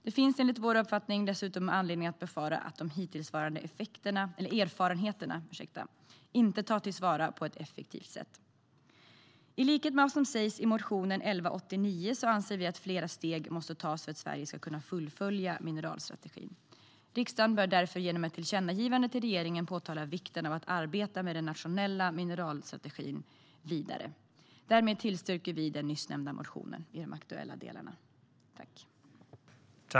Det finns, enligt vår uppfattning, dessutom anledning att befara att de hittillsvarande erfarenheterna inte tas till vara på ett effektivt sätt. I likhet med vad som sägs i motionen 1189 anser vi att fler steg måste tas för att Sverige ska kunna fullfölja mineralstrategin. Riksdagen bör därför genom ett tillkännagivande till regeringen påpeka vikten av att arbeta vidare med den nationella mineralstrategin. Därmed yrkar jag bifall till reservation 1 med anledning av den nyss nämnda motionen i de aktuella delarna.